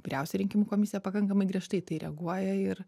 vyriausioji rinkimų komisija pakankamai griežtai į tai reaguoja ir